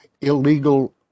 Illegal